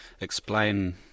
explain